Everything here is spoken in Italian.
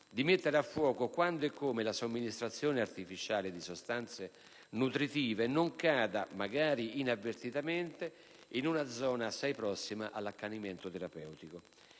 di mettere a fuoco quando e come la somministrazione artificiale di sostanze nutritive non cada, magari inavvertitamente, in una zona assai prossima all'accanimento terapeutico.